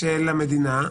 --- של המדינה,